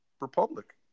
Republic